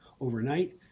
overnight